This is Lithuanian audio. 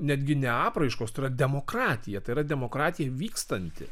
netgi ne apraiškos tai yra demokratija tai yra demokratija vykstanti